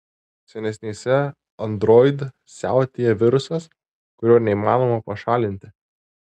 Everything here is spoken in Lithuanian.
senesnėse android siautėja virusas kurio neįmanoma pašalinti